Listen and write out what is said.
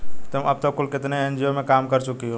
तुम अब तक कुल कितने एन.जी.ओ में काम कर चुकी हो?